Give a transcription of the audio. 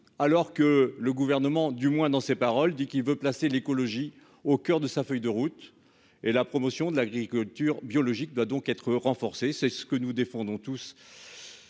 alors que le gouvernement, du moins dans ses paroles dit qui veut placer l'écologie au coeur de sa feuille de route et la promotion de l'agriculture biologique doit donc être renforcée, c'est ce que nous défendons tous